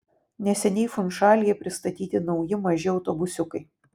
neseniai funšalyje pristatyti nauji maži autobusiukai